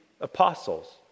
apostles